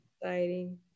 exciting